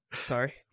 Sorry